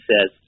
says